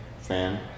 fan